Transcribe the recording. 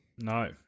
No